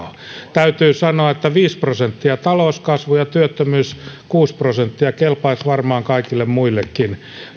täytyy sanoa että viisi prosenttia talouskasvua ja työttömyys kuusi prosenttia kelpaisi varmaan kaikille muillekin